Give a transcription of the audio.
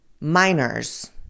minors